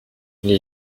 les